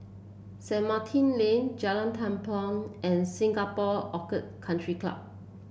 Saint Martin Lane Jalan Tampang and Singapore Orchid Country Club